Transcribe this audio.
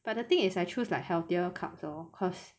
but the thing is I choose like healthier carbs lor cause